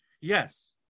yes